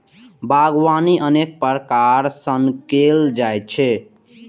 बागवानी अनेक प्रकार सं कैल जाइ छै